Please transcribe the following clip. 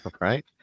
right